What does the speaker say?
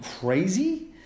crazy